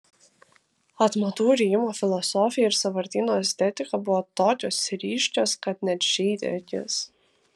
atmatų rijimo filosofija ir sąvartyno estetika buvo tokios ryškios kad net žeidė akis